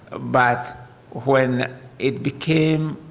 but when it became